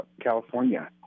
California